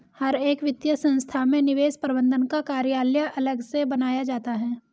हर एक वित्तीय संस्था में निवेश प्रबन्धन का कार्यालय अलग से बनाया जाता है